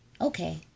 Okay